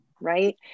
right